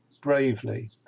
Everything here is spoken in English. bravely